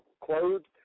clothed